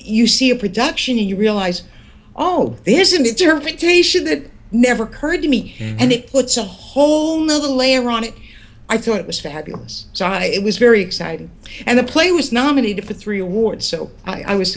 you see a production and you realize oh this is an interpretation that never occurred to me and it puts a whole new layer on it i thought it was fabulous so i it was very exciting and the play was nominated for three awards so i was